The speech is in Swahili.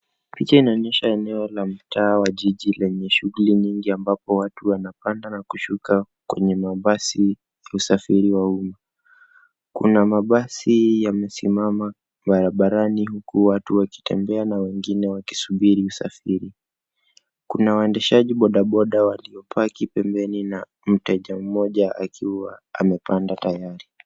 Picha inaonyesha eneo la mtaa wa jiji lenye shughuli nyingi ambapo watu wanapanda na kushuka kwenye mabasi ya usafiri wa umma. Kuna mabasi yamesimama barabarani huku watu wakitembea na wengine wakisubiri usafiri. Kuna waendeshaji bodaboda waliopaki pembeni na mteja mmoja akiwa amepanda tayari.